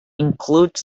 include